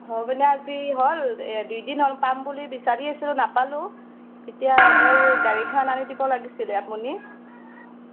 হৈ পেনে আজি হ'ল দুই দিন হ'ল পাম বুলি বিচাৰি আছিলোঁ নাপালোঁ এতিয়া মোৰ গাড়ীখন আনি দিব লাগিছিলে আপুনি